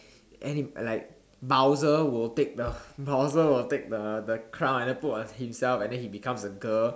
and then like mouser will take the mouser will take the the crown and then put on himself and then he becomes a girl